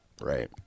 Right